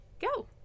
Go